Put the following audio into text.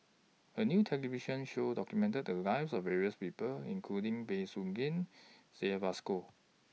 A New television Show documented The Lives of various People including Bey Soo Khiang Syed Alsagoff